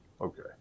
okay